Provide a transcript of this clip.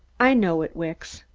i know it, wicks.